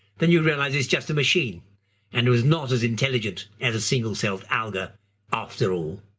then you realize it's just a machine and it was not as intelligent as a single-celled alga after all.